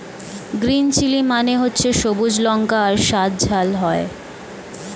green chilli মানে হচ্ছে সবুজ লঙ্কা যার স্বাদ ঝাল হয়